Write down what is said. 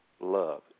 love